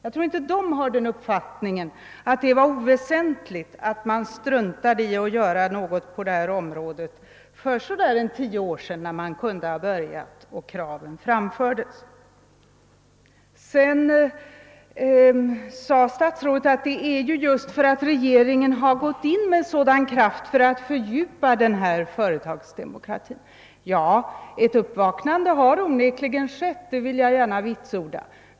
Jag tror inte att de har den uppfattningen att det var oväsentligt att man struntade i att göra något för ungefär tio år sedan när dessa krav började ställas. Statsrådet sade att regeringen har gått in med sådan kraft för att fördjupa företagsdemokratin. Ja, ett uppvaknande har onekligen skett, det vill jag gärna vitsorda.